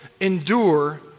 endure